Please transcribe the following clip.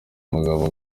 umugabo